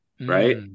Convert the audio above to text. Right